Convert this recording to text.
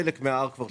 חלק מההר כבר שולם.